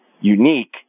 unique